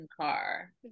car